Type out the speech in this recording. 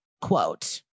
quote